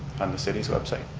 on the city's website?